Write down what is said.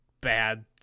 bad